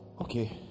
Okay